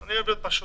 אני אוהב פשוט.